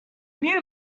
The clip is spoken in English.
mute